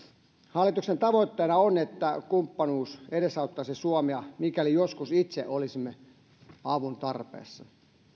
hallituksen tavoitteena on että kumppanuus edesauttaisi suomea mikäli joskus itse olisimme avun tarpeessa